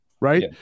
right